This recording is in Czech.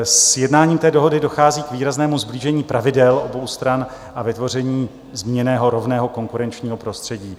Sjednáním dohody dochází k výraznému sblížení pravidel obou stran a vytvoření zmíněného rovného konkurenčního prostředí.